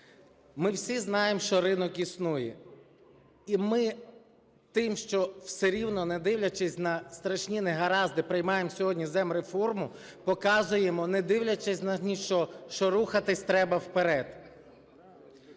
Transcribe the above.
Ми всі знаємо, що ринок існує, і ми тим, що все рівно не дивлячись на страшні негаразди, приймаємо сьогодні земреформу, показуємо, не дивлячись ні на що, що рухатися треба вперед.